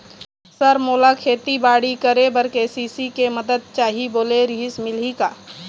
Sir मोला खेतीबाड़ी करेबर के.सी.सी के मंदत चाही बोले रीहिस मिलही का?